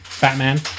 batman